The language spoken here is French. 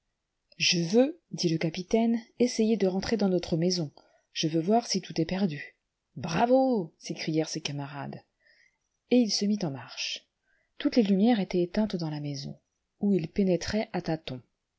je veux ait le capitaine essayer de rentrer dans notre maison je veux voir si tout est perdu bravo s'écrièrent ses camarades et il se mit en marche toutes les lumières étaient éteintes dans la maison où il pénétrait à